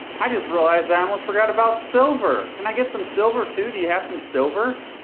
i just realized i almost forgot about silver. can i get some silver, too? do you have some silver?